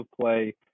play